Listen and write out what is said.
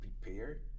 prepare